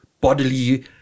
bodily